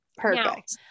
Perfect